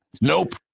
Nope